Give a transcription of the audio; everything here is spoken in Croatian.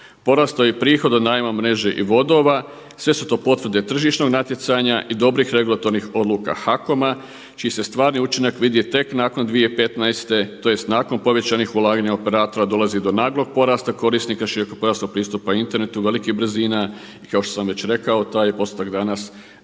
Porastao je i prihod od najma mreže i vodova. Sve su to potvrde tržišnog natjecanja i dobrih regulatornih odluka HAKOM-a čiji se stvarni učinak vidi tek nakon 2015., tj. nakon povećanih ulaganja u operatora dolazi do naglog porasta korisnika širokopojasnog pristupa internetu velikih brzina i kao što sam već rekao taj je postotak danas već